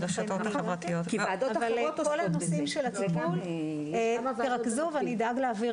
אבל כל הנושאים של הטיפול תרכזו ואני אדאג להעביר